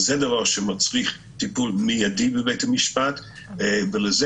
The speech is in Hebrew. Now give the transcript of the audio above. זה דבר שמצריך טיפול מידי בבתי המשפט ולזה